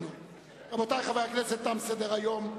רבותי חברי הכנסת, תם סדר-היום.